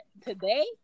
today